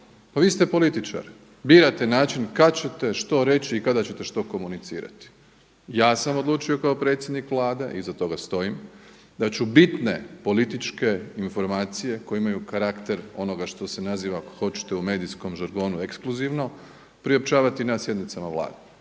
Pa vi ste političar, birate način kad ćete što reći i kada ćete što komunicirati. Ja sam odlučio kao predsjednik Vlade i iza toga stojim da ću bitne političke informacije koje imaju karakter onoga što se naziva ako hoćete u medijskom žargonu ekskluzivno priopćavati na sjednicama Vlade